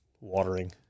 watering